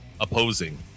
opposing